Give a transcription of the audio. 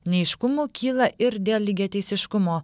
neaiškumų kyla ir dėl lygiateisiškumo